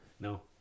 No